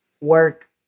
work